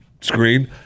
screen